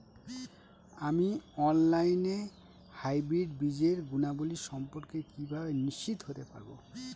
আমি অনলাইনে হাইব্রিড বীজের গুণাবলী সম্পর্কে কিভাবে নিশ্চিত হতে পারব?